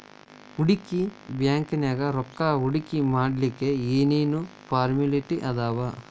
ಹೂಡ್ಕಿ ಬ್ಯಾಂಕ್ನ್ಯಾಗ್ ರೊಕ್ಕಾ ಹೂಡ್ಕಿಮಾಡ್ಲಿಕ್ಕೆ ಏನ್ ಏನ್ ಫಾರ್ಮ್ಯಲಿಟಿ ಅದಾವ?